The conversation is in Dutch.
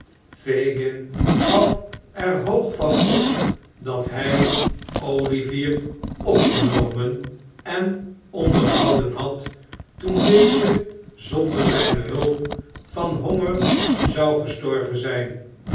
fagin gaf er hoog van op dat hij olivier opgenomen en onderhouden had toen deze zonder zijne hulp van honger zou gestorven zijn